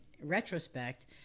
retrospect